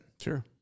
Sure